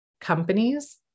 companies